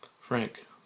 Frank